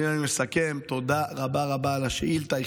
אם אני מסכם, תודה רבה רבה על השאילתה.